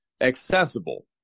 accessible